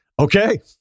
Okay